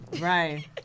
Right